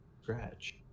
scratch